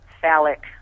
phallic